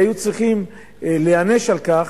והיו צריכים להיענש על כך,